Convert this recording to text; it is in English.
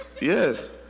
yes